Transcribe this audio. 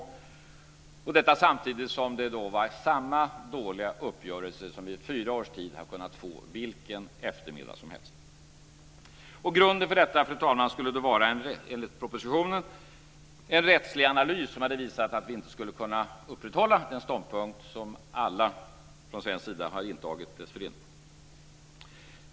Detta skedde samtidigt som det var samma dåliga uppgörelse som vi i fyra års tid hade kunnat få vilken eftermiddag som helst. Grunden för detta, fru talman, skulle enligt propositionen vara en rättslig analys som hade visat att vi inte kunde upprätthålla den ståndpunkt som alla från svensk sida har intagit dessförinnan.